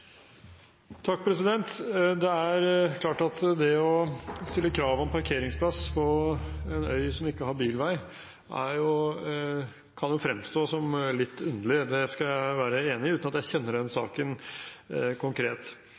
Det er klart at det å stille krav om parkeringsplass på en øy som ikke har bilvei, kan fremstå som litt underlig, det skal jeg være enig i, uten at jeg kjenner denne saken konkret.